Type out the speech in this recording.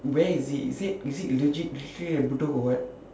where is it is it is it legit at bedok or what